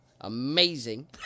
amazing